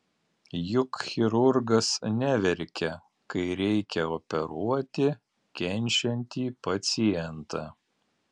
juk chirurgas neverkia kai reikia operuoti kenčiantį pacientą